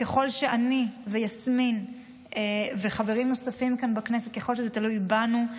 ככל שאני ויסמין וחברים נוספים כאן בכנסת ככל שזה תלוי בנו,